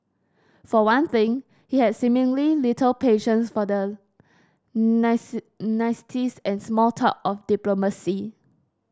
for one thing he had seemingly little patience for the niceties and small talk of diplomacy